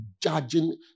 judging